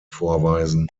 vorweisen